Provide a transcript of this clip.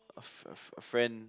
a a a friend